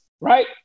right